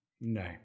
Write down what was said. no